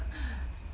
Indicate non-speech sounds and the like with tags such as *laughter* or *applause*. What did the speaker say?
*breath*